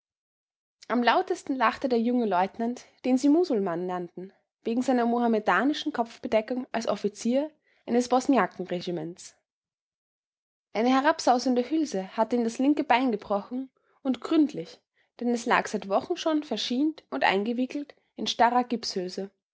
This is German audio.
am lautesten lachte der junge leutnant den sie musulmann nannten wegen seiner mohamedanischen kopfbedeckung als offizier eines bosnjakenregiments eine herabsausende hülse hatte ihm das linke bein gebrochen und gründlich denn es lag seit wochen schon verschient und eingewickelt in starrer